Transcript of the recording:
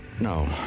No